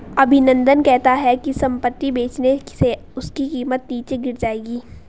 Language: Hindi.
अभिनंदन कहता है कि संपत्ति बेचने से उसकी कीमत नीचे गिर जाएगी